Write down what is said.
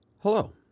Hello